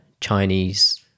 Chinese